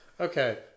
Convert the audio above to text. Okay